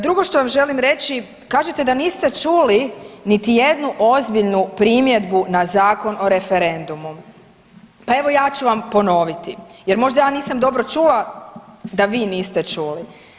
Drugo što vam želim reći, kažete da niste čuli niti jednu ozbiljnu primjedbu na Zakon o referendumu, pa evo ja ću vam ponoviti jer možda ja nisam dobro čula da vi niste čuli.